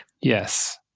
Yes